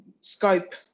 scope